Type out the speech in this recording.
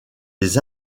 les